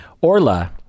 Orla